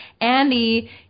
Andy